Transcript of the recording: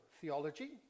theology